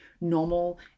normal